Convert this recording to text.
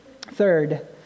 Third